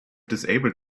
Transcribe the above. disabled